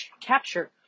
capture